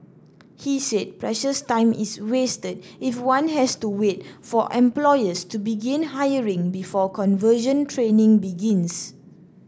he said precious time is wasted if one has to wait for employers to begin hiring before conversion training begins